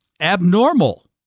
abnormal